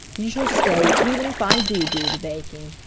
you shall stay even if i do do the baking,